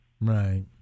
Right